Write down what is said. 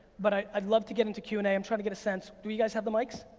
but i'd i'd love to get into q and a. i'm trying to get a sense. do you guys have the mics?